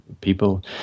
people